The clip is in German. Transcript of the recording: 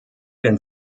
den